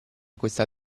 questa